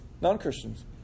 non-christians